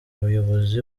umuyobozi